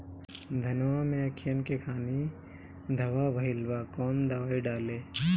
धनवा मै अखियन के खानि धबा भयीलबा कौन दवाई डाले?